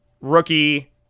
rookie